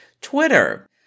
Twitter